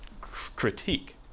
critique